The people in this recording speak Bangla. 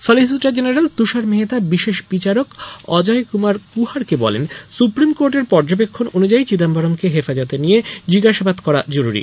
সলিসিটার জেনারেল তুষার মেহতা বিশেষ বিচারক অজয় কুমার কুহারকে বলেন সপ্রিম কোর্টের পর্যবেক্ষণ অনুযায়ী চিদাম্বরমকে হেফাজতে নিয়ে জিজ্ঞাসাবাদ করা জরুরী